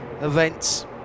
events